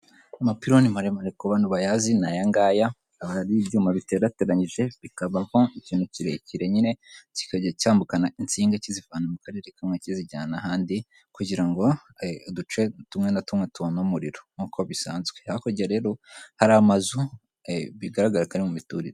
Amapironi maremare ku bantu bayazi ni ayangaya aba ari ibyuma biterateranyije bikaba ikintu kirekire nyine kikajya cyambukana insinga kizivana mu karere kamwe kizijyana ahandi kugira ngo uduce tumwe na tumwe tubonana umuriro nk'uko bisanzwe harya rero hari amazu bigaragara ko mu mituririre.